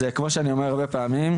אז כמו שאני אומר הרבה פעמים,